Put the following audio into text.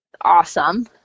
awesome